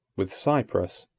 with cyprus,